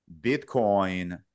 Bitcoin